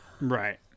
Right